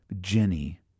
Jenny